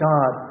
God